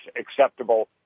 acceptable